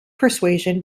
persuasion